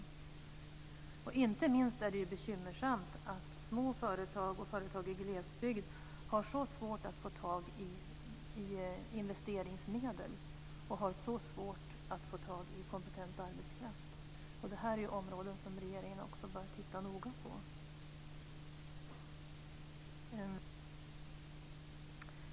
Det är inte minst bekymmersamt att små företag och företag i glesbygd har så svårt att få tag på investeringsmedel och kompetent arbetskraft. Också detta bör regeringen titta noga på.